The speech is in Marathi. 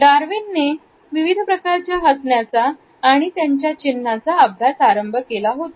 डार्विनने विविध प्रकारच्या हसण्याचा आणि त्यांच्या चिन्हांचा अभ्यास आरंभ केला होता